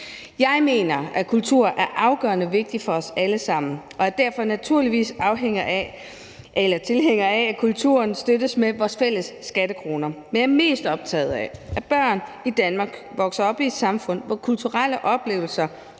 Jeg mener, at kultur er afgørende vigtigt for os alle sammen, og jeg er derfor naturligvis tilhænger af, at kulturen støttes med vores fælles skattekroner. Men jeg er mest optaget af, at børn i Danmark vokser op i et samfund, hvor kulturelle oplevelser